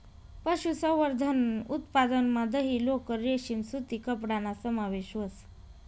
पशुसंवर्धन उत्पादनमा दही, लोकर, रेशीम सूती कपडाना समावेश व्हस